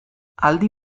aldi